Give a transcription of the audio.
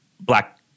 black